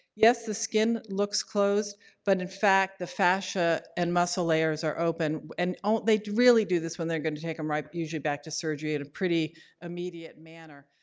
yes, the skin looks closed but, in fact, the fascia and muscle layers are open. and they really do this when they're going to take them right, usually back to surgery in a pretty immediate manner.